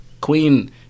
Queen